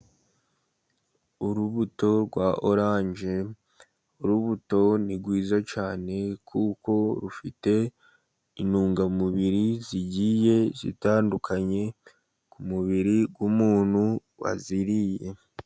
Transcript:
Urubuto rwa oranje, urubuto ni rwiza cyane, kuko rufite intungamubiri zigiye zitandukanye, ku mubiri wumuntu waziriye.